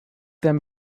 then